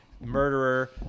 murderer